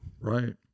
Right